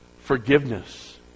Forgiveness